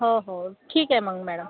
हो हो ठीक आहे मग मॅळम